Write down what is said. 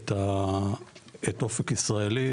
את אופק ישראלי,